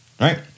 right